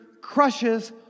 crushes